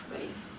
bye